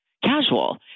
casual